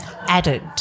added